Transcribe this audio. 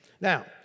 Now